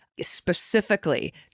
specifically